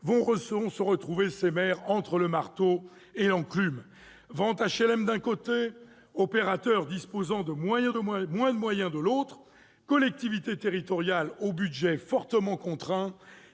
vont se retrouver entre le marteau et l'enclume. Vente d'HLM d'un côté, opérateurs disposant de moins de moyens de l'autre, collectivités territoriales aux budgets fortement contraints